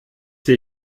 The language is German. dir